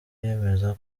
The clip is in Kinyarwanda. yemeza